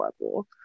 level